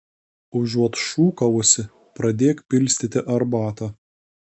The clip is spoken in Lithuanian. užuot šūkavusi pradėk pilstyti arbatą